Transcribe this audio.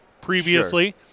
previously